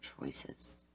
choices